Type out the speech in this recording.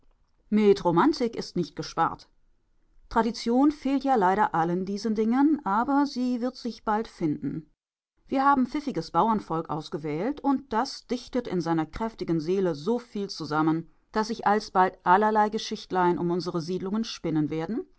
mit romantik ist nicht gespart tradition fehlt ja leider allen diesen dingen aber sie wird sich bald finden wir haben pfiffiges bauernvolk ausgewählt und das dichtet in seiner kräftigen seele so viel zusammen daß sich alsbald allerhand geschichtlein um unsere siedelungen spinnen werden